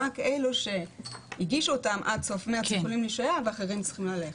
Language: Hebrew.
רק אלה שהגישו אותם עד סוף מרץ יכולים להישאר והאחרים צריכים ללכת.